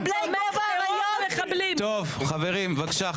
כן --- מחבלי גוב האריות --- חברים בבקשה,